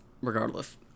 regardless